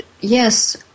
yes